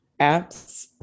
apps